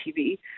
TV